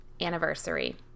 anniversary